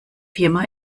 firma